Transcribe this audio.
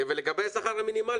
ולגבי השכר המינימלי,